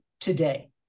today